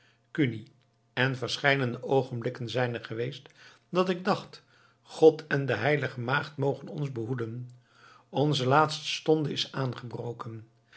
kuni en verscheidene oogenblikken zijn er geweest dat ik dacht god en de heilige maagd mogen ons behoeden onze laatste stonde is aangebroken